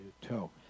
toe